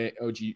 OG